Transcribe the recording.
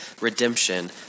redemption